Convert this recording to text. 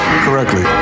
correctly